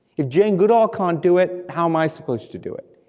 if jane goodall can't do it, how am i supposed to do it?